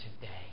today